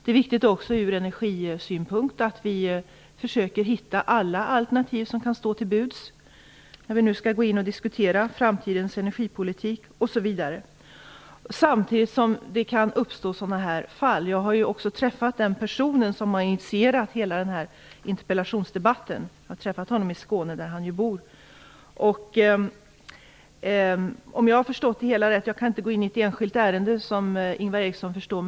Det är viktigt också ur energisynpunkt att vi försöker finna alla alternativ som kan stå till buds, när vi nu skall gå in och diskutera framtidens energipolitik osv. Samtidigt kan sådana här fall uppstå som Ingvar Eriksson tog upp. Jag har också träffat den person i Skåne som har initierat denna interpellationsdebatt. Jag kan inte gå in på ett enskilt ärende, som Ingvar Eriksson förstår.